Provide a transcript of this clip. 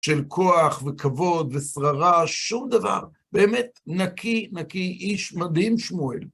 של כוח וכבוד ושררה, שום דבר. באמת נקי, נקי, איש מדהים, שמואל.